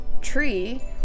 tree